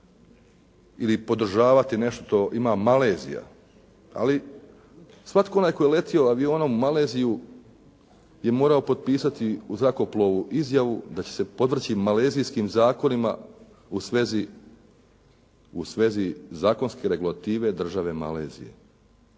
ili podržavati nešto što ima Malezija, ali svatko onaj tko je letio avionom u Maleziju je morao potpisati u zrakoplovu izjavu da će se podvrći malezijskim zakonima u svezi zakonskih regulativa države Malezije.